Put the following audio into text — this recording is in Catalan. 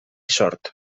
sort